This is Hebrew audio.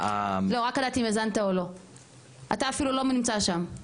אתה אפילו לא נמצא שם.